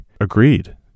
agreed